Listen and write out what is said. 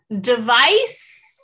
device